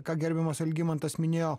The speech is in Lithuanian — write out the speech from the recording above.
ką gerbiamas algimantas minėjo